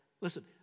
listen